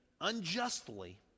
unjustly